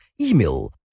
email